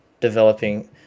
developing